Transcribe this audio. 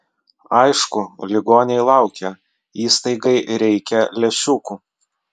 aišku ligoniai laukia įstaigai reikia lęšiukų